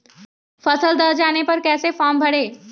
फसल दह जाने पर कैसे फॉर्म भरे?